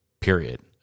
period